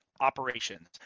operations